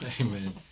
amen